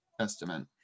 estimate